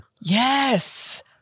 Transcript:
Yes